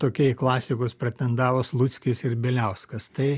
tokie į klasikus pretendavo sluckis ir bieliauskas tai